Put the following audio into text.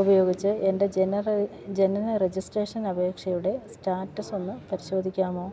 ഉപയോഗിച്ച് എൻ്റെ ജനന രജിസ്ട്രേഷൻ അപേക്ഷയുടെ സ്റ്റാറ്റസ് ഒന്ന് പരിശോധിക്കാമോ